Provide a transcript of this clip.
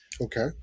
Okay